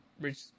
Rich